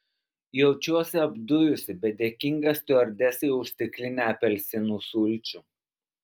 jaučiuosi apdujusi bet dėkinga stiuardesei už stiklinę apelsinų sulčių